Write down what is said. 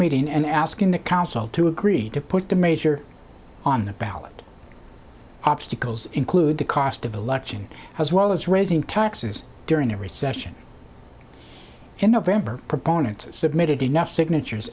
meeting and asking the council to agree to put the major on the ballot obstacles include the cost of election as well as raising taxes during a recession in november proponents submitted enough signatures